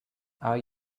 are